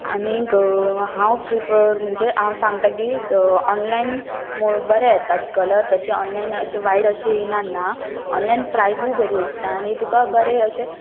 आनीक हांव प्रिफर म्हणजे हांव सांगता की ऑनलायन बरें येताच कलर तशें ऑनलायन अशें वायट अशें येयनना ऑनलायन प्रायजूय बरी आसता आनी तुका बरें अशें